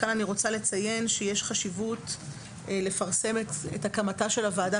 אני רוצה לציין שיש חשיבות לפרסם את הקמתה של הוועדה